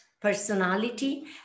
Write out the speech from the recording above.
personality